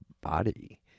body